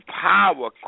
power